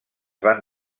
van